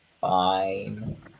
fine